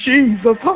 Jesus